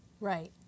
Right